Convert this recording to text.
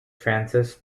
francis